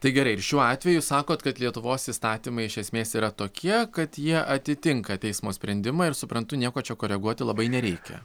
tai gerai ir šiuo atveju sakot kad lietuvos įstatymai iš esmės yra tokie kad jie atitinka teismo sprendimą ir suprantu nieko čia koreguoti labai nereikia